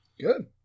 Good